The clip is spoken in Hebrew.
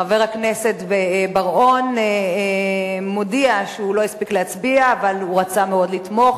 חבר הכנסת בר-און מודיע שהוא לא הספיק להצביע אבל הוא רצה מאוד לתמוך.